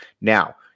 Now